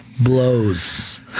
Blows